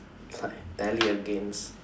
tally against